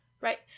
Right